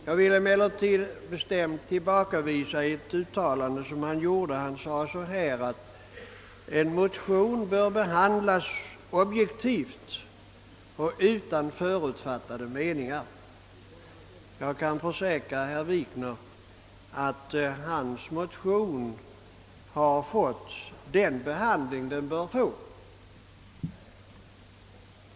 Jag vill emellertid tillbakavisa ett uttalande som han gjorde, att en motion bör behandlas objektivt och utan förutfattade meningar. Jag kan försäkra herr Wikner att hans motion har fått den behandling den bör få.